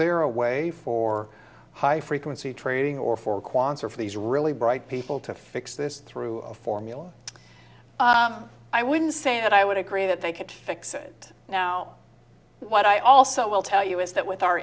there a way for high frequency trading or for kwan's or for these really bright people to fix this through a formula i would say and i would agree that they could fix it now what i also will tell you is that with our